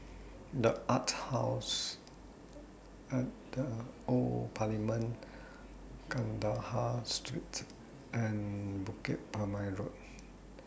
The Arts House At The Old Parliament Kandahar Street and Bukit Purmei Road